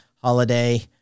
holiday